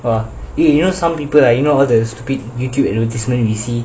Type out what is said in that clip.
eh you know some people ah you know all the stupid youtube advertisement V_C